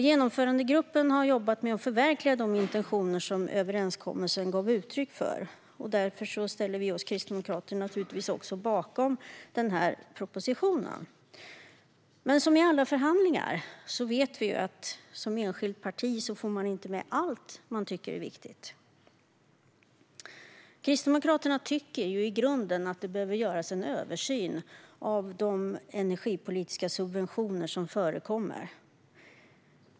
Genomförandegruppen har jobbat med att förverkliga de intentioner som överenskommelsen gav uttryck för, och därför ställer vi kristdemokrater naturligtvis oss bakom den här propositionen. Men som när det gäller alla förhandlingar vet vi att man som enskilt parti inte får med allt som man tycker är viktigt. Kristdemokraterna tycker i grunden att det behöver göras en översyn av de energipolitiska subventionerna.